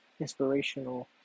inspirational